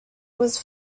was